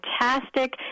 fantastic